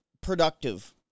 productive